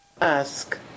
Ask